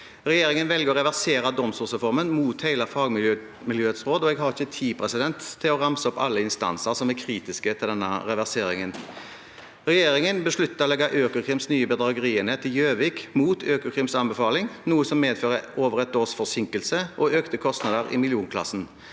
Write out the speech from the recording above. Regjeringen velger å reversere domstolreformen mot hele fagmiljøets råd, og jeg har ikke tid til å ramse opp alle instanser som er kritiske til denne reverseringen. Regjeringen besluttet å legge Økokrims nye bedragerienhet til Gjøvik mot Økokrims anbefaling, noe som medfører over et års forsinkelse og økte kostnader i millionklassen.